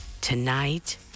tonight